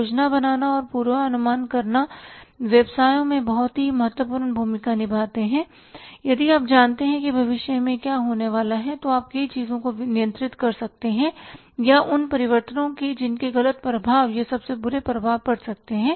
योजना बनाना और पूर्वानुमान करना व्यवसायों में बहुत महत्वपूर्ण भूमिका निभाते है यदि आप जानते हैं कि भविष्य में क्या होने वाला है तो आप कई चीजों को नियंत्रित कर सकते हैं या उन परिवर्तनों के जिनके गलत प्रभाव या सबसे बुरे प्रभाव पड़ सकते हैं